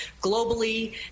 globally